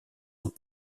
aux